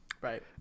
right